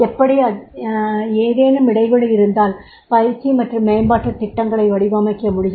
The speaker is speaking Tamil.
அப்படி ஏதேனும் இடைவெளி இருந்தால் பயிற்சி மற்றும் மேம்பாட்டுத் திட்டங்களை வடிவமைக்க முடியும்